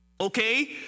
okay